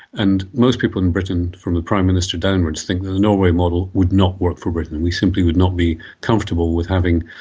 and most people in britain, from the prime minister downwards, think the norway model would not work for britain, we simply would not be comfortable with having,